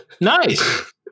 Nice